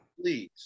Please